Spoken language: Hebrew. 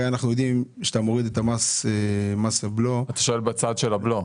הרי אנחנו יודעים שאתה מוריד את מס הבלו --- אתה שואל בצד של הבלו?